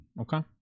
Okay